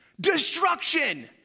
Destruction